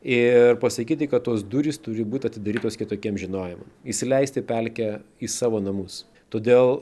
ir pasakyti kad tos durys turi būt atidarytos kitokiem žinojimam įsileisti pelkę į savo namus todėl